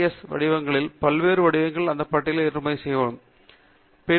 S வடிவங்களில் பல்வேறு வடிவங்களில் அந்த பட்டியலை ஏற்றுமதி செய்ய விரும்புகிறோம்